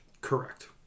Correct